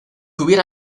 hubiera